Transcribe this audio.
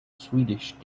swedish